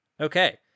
Okay